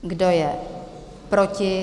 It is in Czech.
Kdo je proti?